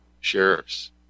sheriffs